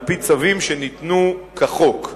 על-פי צווים שניתנו כחוק.